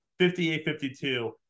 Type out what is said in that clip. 58-52